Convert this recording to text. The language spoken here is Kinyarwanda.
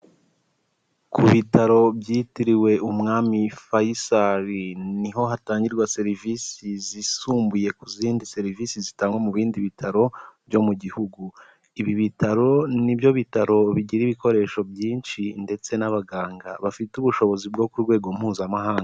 Ku bitaro byitiriwe umwami Faisal, ni ho hatangirwa serivisi zisumbuye ku zindi serivisi zitangwa mu bindi bitaro byo mu gihugu, ibi bitaro ni byo bitaro bigira ibikoresho byinshi ndetse n'abaganga bafite ubushobozi bwo ku rwego mpuzamahanga.